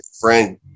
friend